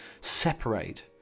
separate